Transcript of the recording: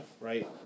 Right